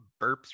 burps